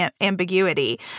ambiguity